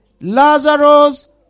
Lazarus